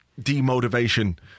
demotivation